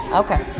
okay